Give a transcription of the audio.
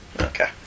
okay